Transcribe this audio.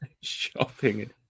Shopping